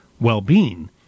well-being